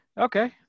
okay